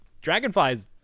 dragonflies